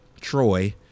troy